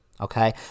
okay